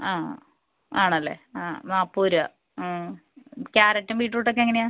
ആ ആണല്ലേ ആ നാൽപ്പത് രുപ ആ കാരറ്റും ബീറ്റ്റൂട്ടൊക്കെ എങ്ങനെയാണ്